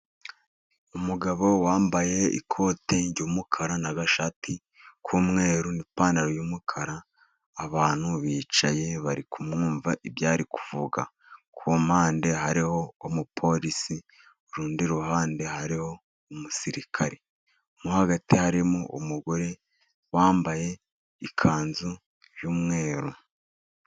Umugabo wambaye ikote ry'umukara n'agashati k'umweru n'ipantaro y'umukara. Abantu bicaye bari kumwumva ibyari kuvuga. Ku mpande hariho umupolisi urundi ruhande hariho umusirikare. Mo hagati harimo umugore wambaye ikanzu y'umweru.